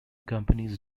companies